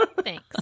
thanks